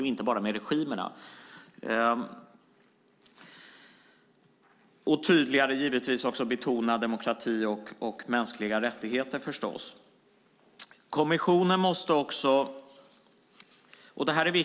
Vi måste givetvis också tydligare betona demokrati och mänskliga rättigheter.